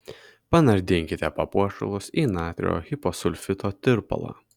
panardinkite papuošalus į natrio hiposulfito tirpalą